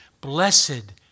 Blessed